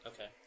Okay